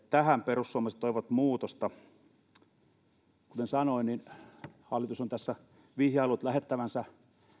tähän perussuomalaiset toivovat muutosta kuten sanoin hallitus on vihjaillut lähettävänsä